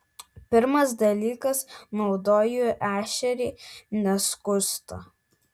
pirmas dalykas naudoju ešerį neskustą